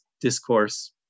discourse